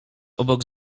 obok